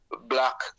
Black